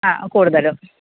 ആ കൂടുതലും